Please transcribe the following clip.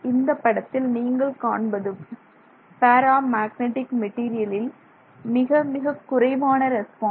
இந்த படத்தில் நீங்கள் காண்பது பேரா மேக்னெட்டிக் மெட்டீரியலில் மிக மிக குறைவான ரெஸ்பான்ஸ்